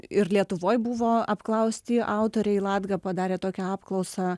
ir lietuvoj buvo apklausti autoriai latga padarė tokią apklausą